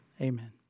Amen